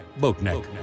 boatneck